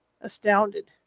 astounded